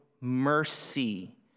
mercy